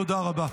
תודה רבה.